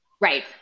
Right